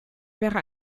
wäre